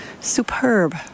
Superb